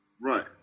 Right